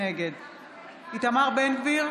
נגד איתמר בן גביר,